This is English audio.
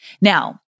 Now